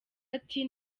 ati